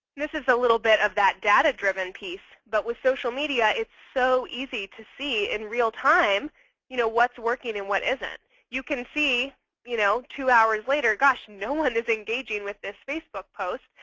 this is a little bit of that data-driven piece. but with social media, it's so easy to see in real time you know what's working and what isn't. you can see you know two hours later, gosh no one is engaging with this facebook post.